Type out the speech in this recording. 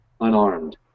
unarmed